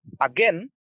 Again